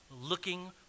looking